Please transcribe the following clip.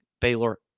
Baylor